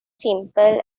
simple